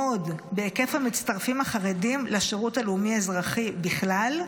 בהיקף המצטרפים החרדים לשירות הלאומי-אזרחי בכלל,